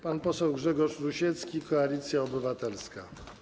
Pan poseł Grzegorz Rusiecki, Koalicja Obywatelska.